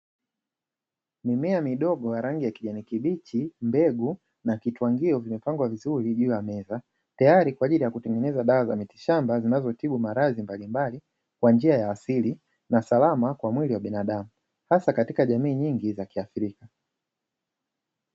Mimea midogo ya rangi ya kijani kibichi, mbegu na kitwangio vimepangwa vizuri juu ya meza, tayari kwa ajili ya kutengeneza dawa ya miti shamba zinazotibu maradhi mbalimbali, kwa njia ya asili na salama kwa mwili wa binadamu hasa katika jamii nyingi za kiafrika.